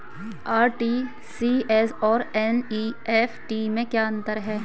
RTGS और NEFT में क्या अंतर है?